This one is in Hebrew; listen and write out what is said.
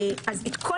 ברגע